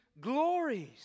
glories